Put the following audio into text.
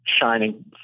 shining